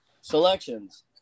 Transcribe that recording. selections